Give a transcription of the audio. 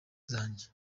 zanjye